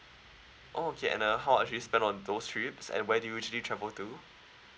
oh okay and uh how actually spend on those trips and where do you usually travel to